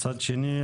מצד שני,